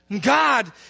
God